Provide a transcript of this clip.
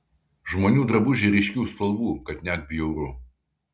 žmonių drabužiai ryškių spalvų kad net bjauru